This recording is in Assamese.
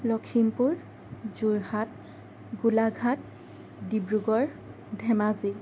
লক্ষীমপুৰ যোৰহাট গোলাঘাট ডিব্ৰুগড় ধেমাজি